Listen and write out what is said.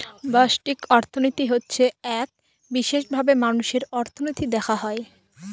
ব্যষ্টিক অর্থনীতি হচ্ছে এক বিশেষভাবে মানুষের অর্থনীতি দেখা হয়